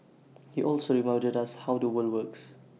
he also reminded us how the world worked